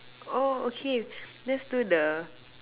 oh okay let's do the